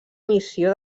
missió